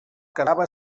quedava